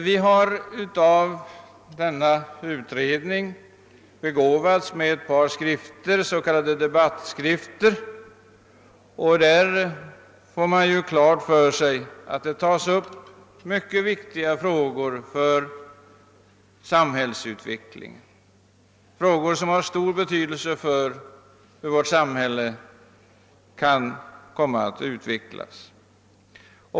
Vi har begåvats med ett par s.k. debattskrifter från utredningen, av vilka det framgår att utredningen arbetar med frågor av stor betydelse för vårt samhälles fortsatta utveckling.